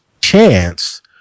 chance